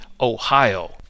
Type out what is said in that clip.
Ohio